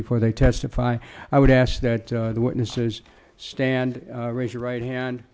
before they testify i would ask that the witnesses stand raise your right hand